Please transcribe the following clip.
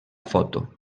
foto